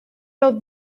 los